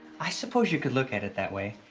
i suppose you could look at it that way.